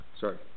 Sorry